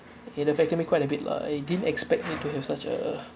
it affected me quite a bit lah I didn't expect me to have such a